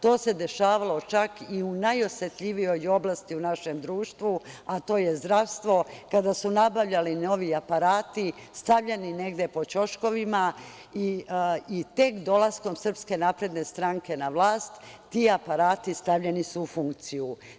To se dešavalo čak i u najosetljivijoj oblasti u našem društvu, a to je zdravstvo, kada su nabavljeni novi aparati stavljeni negde po ćoškovima i tek dolaskom SNS na vlast ti aparati stavljeni su u funkciju.